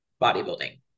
bodybuilding